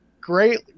Great